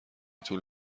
طول